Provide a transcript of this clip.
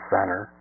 Center